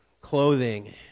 clothing